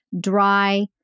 dry